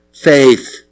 Faith